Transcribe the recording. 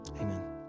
amen